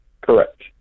Correct